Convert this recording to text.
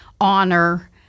honor